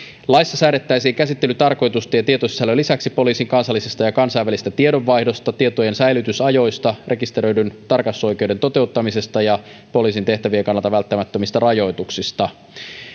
laissa säädettäisiin käsittelytarkoitusten ja tietosisällön lisäksi poliisin kansallisesta ja kansainvälisestä tiedonvaihdosta tietojen säilytysajoista rekisteröidyn tarkastusoikeuden toteuttamisesta ja poliisin tehtävien kannalta välttämättömistä rajoituksista